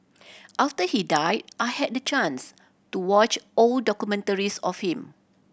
after he died I had the chance to watch old documentaries of him